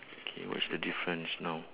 okay what's the difference now